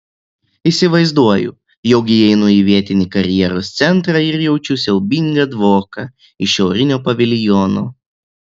įsivaizduoju jog įeinu į vietinį karjeros centrą ir jaučiu siaubingą dvoką iš šiaurinio paviljono